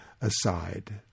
aside